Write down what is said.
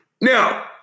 Now